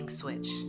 switch